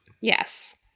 Yes